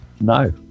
No